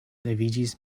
leviĝis